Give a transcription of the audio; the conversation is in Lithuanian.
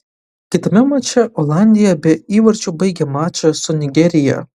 kitame mače olandija be įvarčių baigė mačą su nigerija